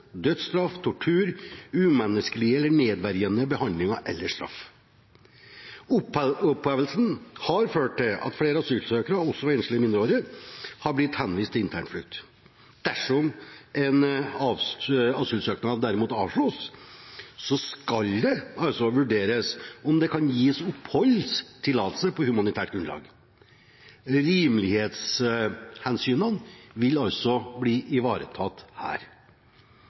dødsstraff, tortur, umenneskelig eller nedverdigende behandling eller straff. Opphevelsen har ført til at flere asylsøkere, også enslige mindreårige, har blitt henvist til internflukt. Dersom en asylsøknad derimot avslås, skal det vurderes om det kan gis oppholdstillatelse på humanitært grunnlag. Rimelighetshensynene vil altså bli ivaretatt her.